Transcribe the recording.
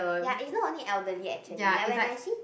ya is not only elderly actually like when I see